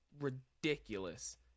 ridiculous